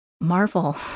Marvel